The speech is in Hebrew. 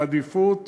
בעדיפות